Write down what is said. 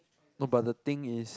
no but the thing is